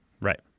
Right